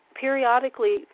periodically